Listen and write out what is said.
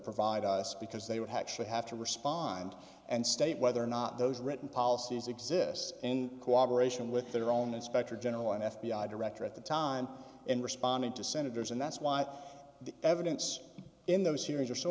provide us because they would have should have to respond and state whether or not those written policies exist in cooperation with their own inspector general and f b i director at the time in responding to senators and that's why the evidence in those hearings are so